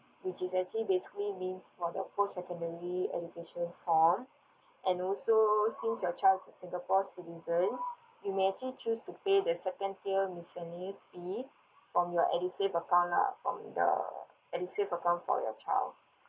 which is actually basically means for the postsecondary education form and also since your child is singapore citizen you may actually choose to pay the second miscellaneous fee from your edusave account lah from the edusave account for your child